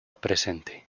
presente